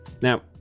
Now